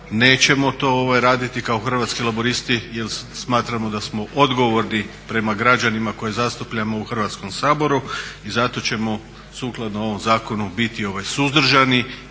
nećemo to raditi kao Hrvatski laburisti jer smatramo da smo odgovorni prema građanima koje zastupamo u Hrvatskom saboru i zato ćemo sukladno ovom zakonu biti suzdržani